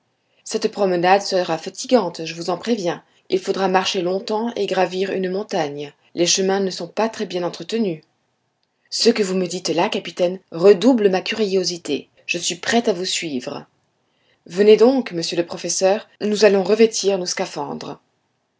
cette promenade sera fatigante je vous en préviens il faudra marcher longtemps et gravir une montagne les chemins ne sont pas très bien entretenus ce que vous me dites là capitaine redouble ma curiosité je suis prêt à vous suivre venez donc monsieur le professeur nous allons revêtir nos scaphandres